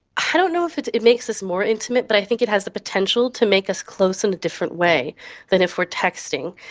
i don't know if it it makes us more intimate, but i think it has the potential to make us close in a different way than if we are texting.